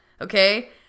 okay